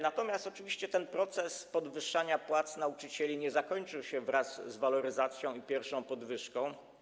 Natomiast oczywiście ten proces podwyższania płac nauczycieli nie zakończył się wraz z waloryzacją i pierwszą podwyżką.